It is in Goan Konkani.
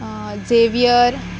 झेवियर